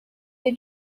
the